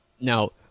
Now